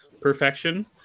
perfection